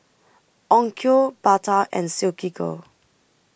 Onkyo Bata and Silkygirl